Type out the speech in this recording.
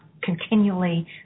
continually